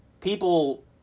people